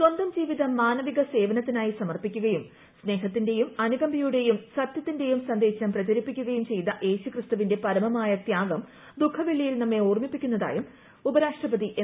സ്വന്തം ജീവിതം മാനവിക സേവനത്തിനായി സമർപ്പിക്കുകയും സ്നേഹത്തിന്റെയും അനുകമ്പയുടെയും സത്യത്തിന്റെയും സന്ദേശം പ്രചരിപ്പിക്കുകയും ചെയ്ത യേശുക്രിസ്തുവിന്റെ പരമമായ തൃാഗം ദുഖവെള്ളിയിൽ നമ്മേ ഓർമ്മിപ്പിക്കുന്നതായും ഉപരാഷ്ട്രപതി എം